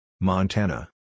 Montana